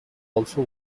also